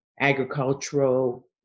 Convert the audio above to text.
agricultural